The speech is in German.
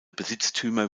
besitztümer